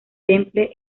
temple